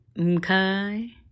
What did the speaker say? Okay